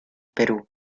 perú